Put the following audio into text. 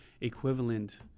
equivalent